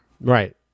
Right